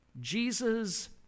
Jesus